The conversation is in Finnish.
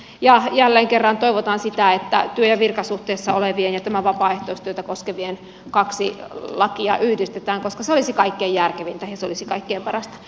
ja jälleen kerran toivotaan sitä että työ ja virkasuhteessa olevia koskeva laki ja vapaaehtoistyötä tekeviä koskeva laki yhdistetään koska se olisi kaikkein järkevintä ja se olisi kaikkein parasta